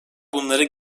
bunları